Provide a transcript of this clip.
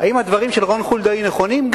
האם הדברים של רון חולדאי נכונים?